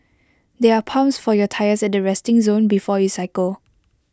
there are pumps for your tyres at the resting zone before you cycle